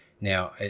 Now